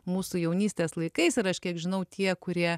mūsų jaunystės laikais ir aš kiek žinau tie kurie